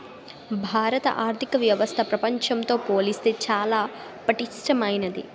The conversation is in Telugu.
భారత ఆర్థిక వ్యవస్థ ప్రపంచంతో పోల్చితే చాలా పటిష్టమైంది